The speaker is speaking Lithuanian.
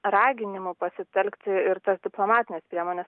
raginimų pasitelkti ir tas diplomatines priemones